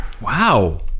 Wow